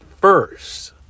first